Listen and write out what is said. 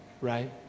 right